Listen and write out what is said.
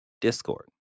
Discord